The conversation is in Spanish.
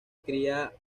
cría